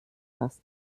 fast